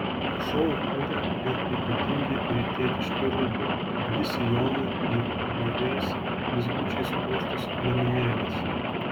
šou kuria ir ypatingi rytietiški rūbai ilgi sijonai ir įvairiais blizgučiais puoštos liemenėlės